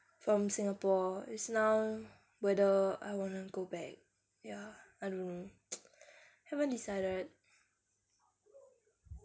from singapore is now whether I wanna go back ya I don't know haven't decided